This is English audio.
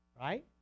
right